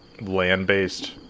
land-based